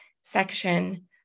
section